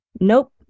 Nope